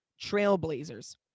trailblazers